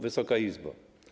Wysoka Izbo!